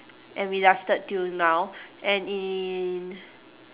and we lasted till now and in